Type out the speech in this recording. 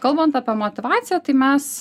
kalbant apie motyvaciją tai mes